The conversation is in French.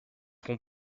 rond